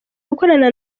gukorana